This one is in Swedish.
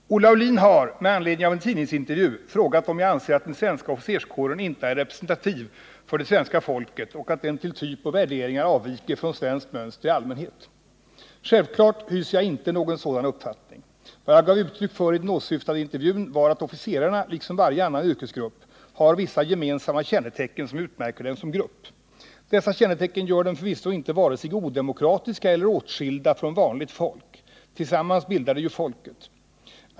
Herr talman! Olle Aulin har —- med anledning av en tidningsintervju — frågat om jag anser att den svenska officerskåren inte är representativ för det svenska folket och att den till typ och värderingar avviker från svenskt mönster i allmänhet. Självklart hyser jag inte någon sådan uppfattning. Vad jag gav uttryck för i den åsyftade intervjun var att officerarna liksom varje annan yrkesgrupp har vissa gemensamma kännetecken som utmärker dem som grupp. Dessa kännetecken gör dem förvisso inte vare sig odemokratiska eller åtskilda från ”vanligt folk” — tillsammans bildar de ju folket.